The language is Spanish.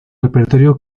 repertorio